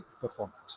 performance